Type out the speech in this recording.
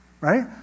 right